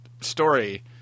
story